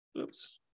Oops